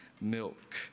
milk